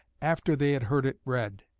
after they had heard it read.